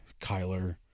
Kyler